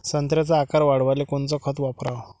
संत्र्याचा आकार वाढवाले कोणतं खत वापराव?